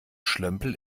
schlömpel